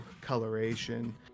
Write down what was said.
coloration